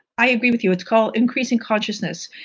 i agree with you. it's called increasing consciousness.